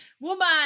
Woman